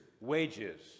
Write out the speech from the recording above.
wages